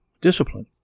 discipline